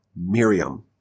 Miriam